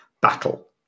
battle